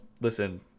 listen